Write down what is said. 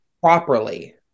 properly